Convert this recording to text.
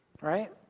Right